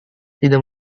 tidak